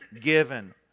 given